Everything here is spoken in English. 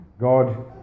God